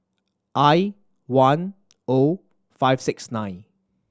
I one O five six nine